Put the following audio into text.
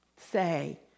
say